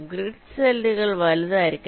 grid സെല്ലുകൾ വലുതായിരിക്കണം